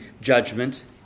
judgment